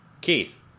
Keith